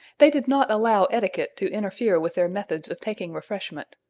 they did not allow etiquette to interfere with their methods of taking refreshment,